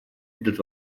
этот